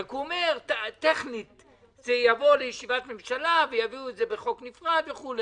רק הוא אומר שטכנית זה יבוא לישיבת ממשלה ויביאו את זה בחוק נפרד וכו'.